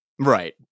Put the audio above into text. right